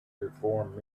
perform